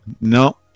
no